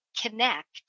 connect